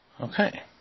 Okay